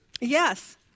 Yes